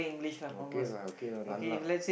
okay lah okay lah none lah